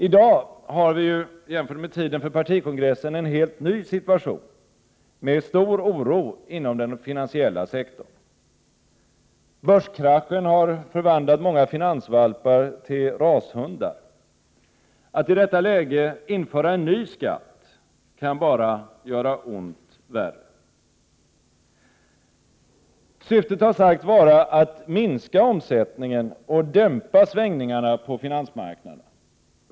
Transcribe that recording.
I dag har vi, jämfört med tiden under partikongressen, en ny situation med stor oro inom den finansiella sektorn. Börskraschen har förvandlat många finansvalpar till rashundar. Att i detta läge införa en ny skatt kan bara göra ont värre. Syftet har sagts vara att minska omsättningen och dämpa svängningarna på finansmarknaderna.